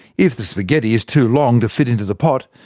if the spaghetti is too long to fit into the pot,